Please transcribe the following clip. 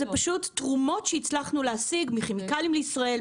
זה פשוט תרומות שהצלחנו להשיג מכימיקלים לישראל,